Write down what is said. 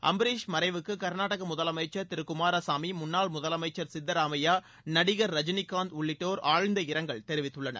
அம்பரீஷ் மறைவுக்கு கர்நாடக முதலமைச்சர் திரு குமாரசாமி முன்னாள் முதலமைச்சர் சித்தராமைய்யா நடிகர் ரஜினிகாந்த் உள்ளிட்டோர் ஆழ்ந்த இரங்கல் தெரிவித்துள்ளனர்